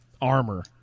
armor